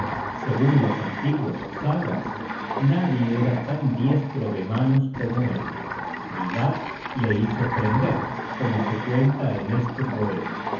segun los antiguos sagas nadie era tan diestro de manos como él nidad le hizo prender como se cuenta en este poema